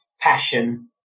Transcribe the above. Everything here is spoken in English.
passion